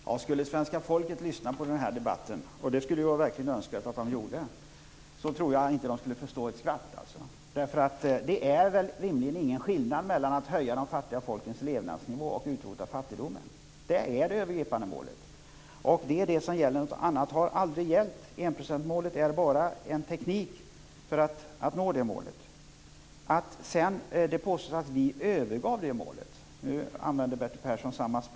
Herr talman! Om svenska folket skulle lyssna på denna debatt - det skulle jag önska att det gjorde - tror jag inte att det skulle förstå ett skvatt, eftersom det väl rimligen inte är någon skillnad mellan att höja de fattiga folkens levnadsnivå och att utrota fattigdomen. Det är det övergripande målet. Det är det som gäller. Något annat har aldrig gällt. Enprocentsmålet är bara en teknik för att nå det målet. Bertil Persson använder nu samma språkbruk som Ingrid Näslund när han påstår att vi övergav det målet.